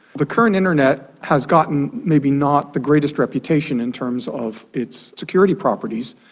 the current internet has gotten maybe not the greatest reputation in terms of its security properties.